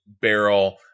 barrel